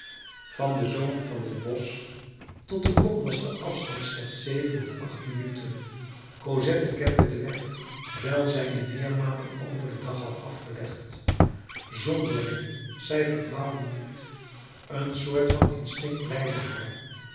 van den zoom van t bosch tot de bron was de afstand slechts zeven of acht minuten cosette kende den weg wijl zij dien meermalen over dag had afgelegd zonderling zij verdwaalde niet een soort van instinct leidde haar